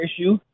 issue